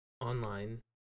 online